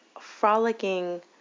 frolicking